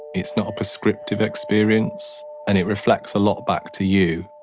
it's not a prescriptive experience and it reflects a lot back to you.